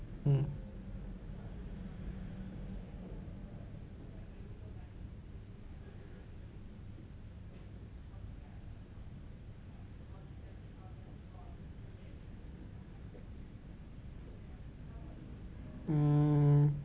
mm mm